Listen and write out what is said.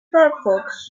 firefox